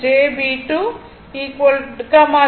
16 j 0